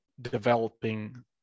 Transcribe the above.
developing